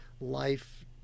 life